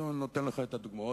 אני נותן לך את הדוגמאות,